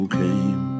came